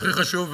והכי חשוב,